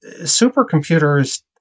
supercomputers